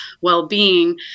well-being